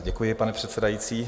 Děkuji, pane předsedající.